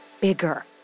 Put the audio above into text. Bigger